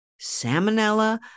salmonella